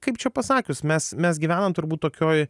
kaip čia pasakius mes mes gyvenam turbūt tokioj